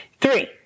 Three